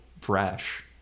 fresh